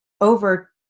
over